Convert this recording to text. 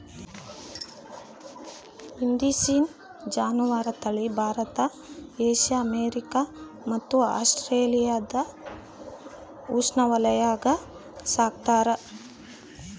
indicine ಜಾನುವಾರು ತಳಿ Bharat Asia America ಮತ್ತು ಆಸ್ಟ್ರೇಲಿಯಾದ ಉಷ್ಣವಲಯಾಗ ಸಾಕ್ತಾರ